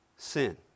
Sin